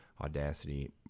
audacity